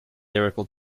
lyrical